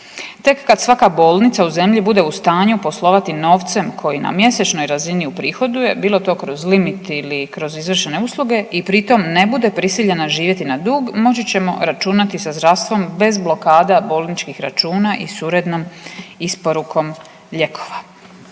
Tek kad svaka bolnica u zemlji bude u stanju poslovati novcem koji na mjesečnoj razini uprihoduje, bilo to kroz limit ili kroz izvršene usluge i pritom ne bude prisiljena živjeti na dug, moći ćemo računati sa zdravstvom bez blokada bolničkih računa i s urednom isporukom lijekova.